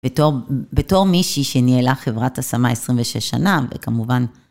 בתור מישהי שניהלה חברת השמה 26 שנה, וכמובן...